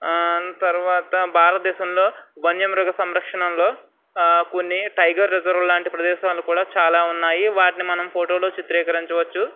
తర్వాత భారతదేశంలో వన్యమృగ సంరక్షణంలో కొన్ని టైగర్ రిజర్వ్స్ లాంటి ప్రదేశాలు కూడా చాలా ఉన్నాయి వాటిని మనం ఫోటోలో చిత్రీకరించవచ్చు